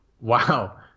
Wow